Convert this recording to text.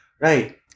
right